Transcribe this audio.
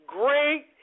great